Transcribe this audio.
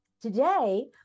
Today